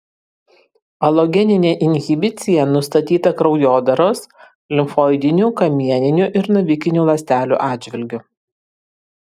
alogeninė inhibicija nustatyta kraujodaros limfoidinių kamieninių ir navikinių ląstelių atžvilgiu